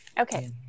Okay